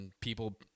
People –